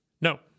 No